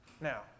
Now